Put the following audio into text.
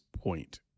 point